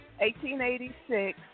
1886